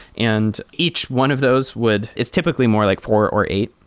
and each one of those would it's typically more like four or eight,